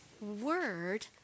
word